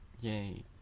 Yay